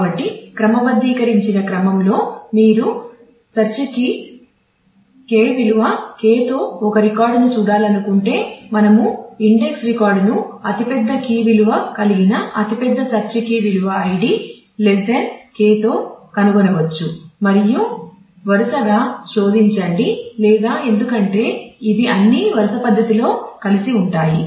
కాబట్టి క్రమబద్ధీకరించిన క్రమంలో మీరు సెర్చ్ K విలువ K తో ఒక రికార్డును చూడాలనుకుంటే మనము ఇండెక్స్ రికార్డును అతిపెద్ద కీ విలువ కలిగిన అతిపెద్ద సెర్చ్ కీ విలువ ఐడి K తో కనుగొనవచ్చు మరియు వరుసగా శోధించండి లేదా ఎందుకంటే ఇవి అన్నీ వరుస పద్ధతిలో కలిసి ఉంటాయి